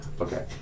Okay